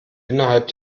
innerhalb